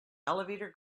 elevator